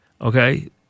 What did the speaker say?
okay